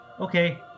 Okay